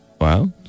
Wow